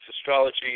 astrology